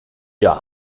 ihr